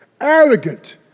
arrogant